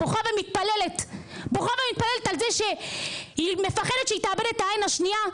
בוכה ומתפללת על זה שהיא מפחדת שהיא תאבד את העין השנייה,